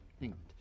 England